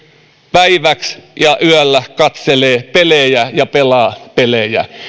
päiväksi ja yöllä katselee ja pelaa pelejä